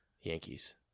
Yankees